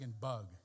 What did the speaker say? Bug